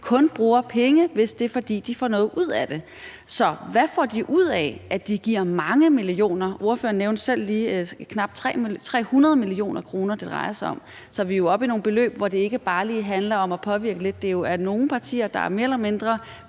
kun bruger penge, hvis det er sådan, at de får noget ud af det. Så hvad får de ud af, at de giver mange millioner? Ordføreren nævnte selv lige, at det drejer sig om knap 300 mio. kr., så vi er jo oppe i nogle beløb, hvor det ikke bare lige handler om at påvirke lidt. Det er jo nogle partier, der mere eller mindre